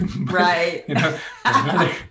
Right